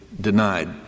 denied